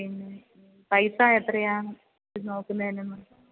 പിന്നെ പൈസ എത്രയാ ഇത് നോക്കുന്നതിന്